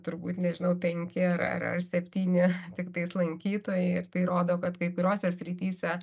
turbūt nežinau penki ar ar septyni tiktais lankytojai ir tai rodo kad kai kuriose srityse